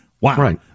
Wow